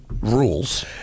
rules